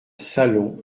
salon